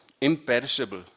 imperishable